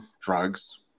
drugs